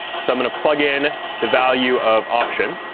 so going to plug in the value of option